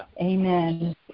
Amen